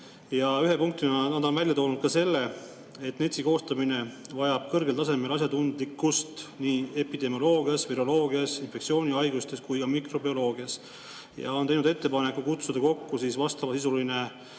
Ühe punktina on nad välja toonud selle, et NETS‑i koostamine vajab kõrgel tasemel asjatundlikkust nii epidemioloogias, filoloogias, infektsioonhaiguste alal kui ka mikrobioloogias. Nad on teinud ettepaneku kutsuda kokku vastavasisuline